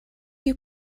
you